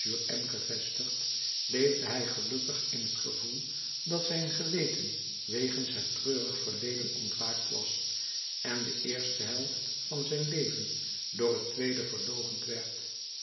m gevestigd leefde hij gelukkig in t gevoel dat zijn geweten wegens het treurig verleden ontwaakt was en de eerste helft van zijn leven door het tweede verloochend werd